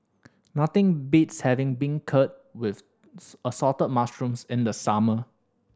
nothing beats having beancurd with Assorted Mushrooms in the summer